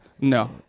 No